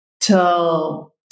till